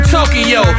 Tokyo